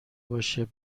باشه